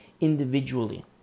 individually